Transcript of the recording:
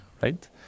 right